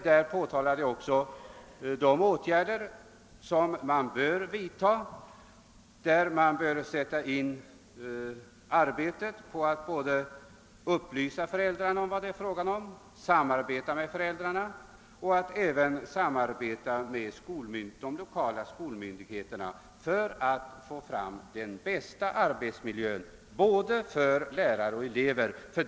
Jag talade även om de åtgärder som på detta område bör vidtagas — att sätta in arbete på att upplysa föräldrarna om problemen, att samarbeta med föräldrarna och även att samarbeta med de lokala skolmyndigheterna — för att få fram den bästa arbetsmiljön för både lärare och elever.